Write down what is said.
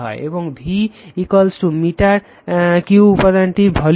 এবং V metre কিউবে উপাদানটির ভলিউম